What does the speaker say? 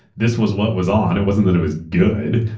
this was what was on. it wasn't that it was good.